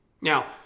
now